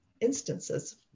instances